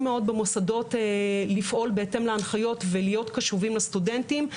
מאוד במוסדות לפעול בהתאם להנחיות ולהיות קשובים לסטודנטים.